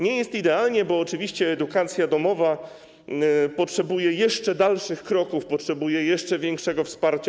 Nie jest idealnie, bo oczywiście edukacja domowa potrzebuje jeszcze dalszych kroków, potrzebuje jeszcze większego wsparcia.